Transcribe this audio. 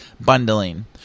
bundling